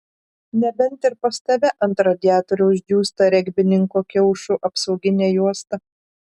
nebent ir pas tave ant radiatoriaus džiūsta regbininko kiaušų apsauginė juosta